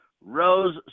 rose